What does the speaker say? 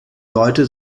leute